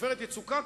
ב"עופרת יצוקה",